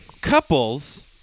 couples